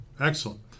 Excellent